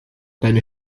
deine